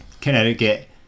Connecticut